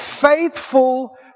faithful